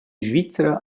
svizra